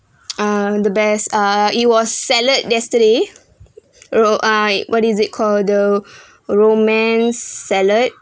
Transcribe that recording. are the best uh it was salad yesterday ro~ I what is it called the romaine salad